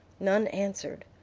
none answered.